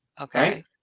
okay